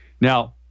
Now